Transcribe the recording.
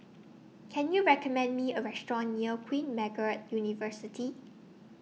Can YOU recommend Me A Restaurant near Queen Margaret University